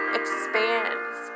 expands